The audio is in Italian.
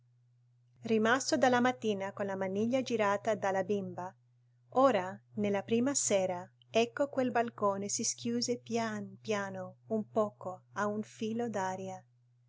rimasto dalla mattina con la maniglia girata dalla bimba ora nella prima sera ecco quel balcone si schiuse pian piano un poco a un filo